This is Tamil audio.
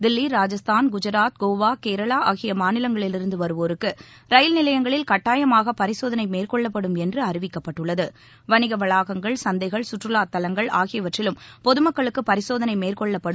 தில்லி ராஜஸ்தான் குஜராத் கோவா கேரளா ஆகிய மாநிலங்களிலிருந்து வருவோருக்கு ரயில் நிலையங்களில் கட்டாயமாக பரிசோதனை மேற்கொள்ளப்படும் என்று அறிவிக்கப்பட்டுள்ளது வணிக வளாகங்கள் சந்தைகள் சுற்றுவா தலங்கள் ஆகியவற்றிலும் பொதுமக்களுக்கு பரிசோதனை மேற்கொள்ளப்படும்